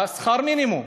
לשכר מינימום.